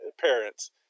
parents